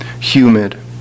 humid